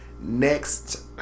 next